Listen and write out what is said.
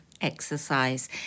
exercise